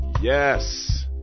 yes